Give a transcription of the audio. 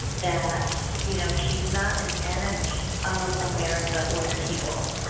that you know she's not an enemy of america or the people.